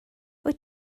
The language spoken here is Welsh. wyt